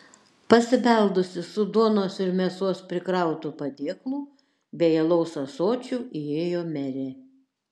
pasibeldusi su duonos ir mėsos prikrautu padėklu bei alaus ąsočiu įėjo merė